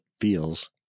feels